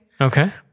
Okay